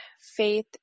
faith